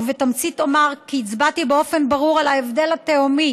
ובתמצית אומר כי הצבעתי באופן ברור על ההבדל התהומי